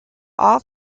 all